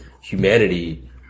humanity